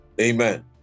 Amen